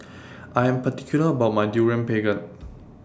I Am particular about My Durian Pengat